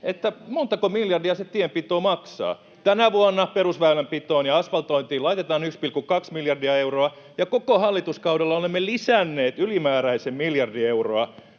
montako miljardia se tienpito maksaa. Tänä vuonna perusväylänpitoon ja asfaltointiin laitetaan 1,2 miljardia euroa, ja koko hallituskaudella olemme lisänneet ylimääräisen miljardi euroa